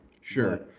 Sure